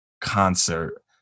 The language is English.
concert